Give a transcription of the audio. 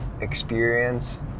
experience